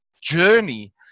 journey